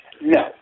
No